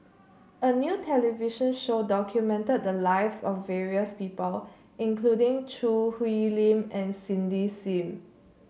a new television show documented the lives of various people including Choo Hwee Lim and Cindy Sim